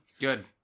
Good